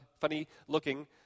funny-looking